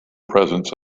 presence